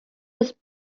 was